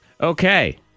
Okay